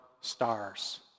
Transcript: stars